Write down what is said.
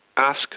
ask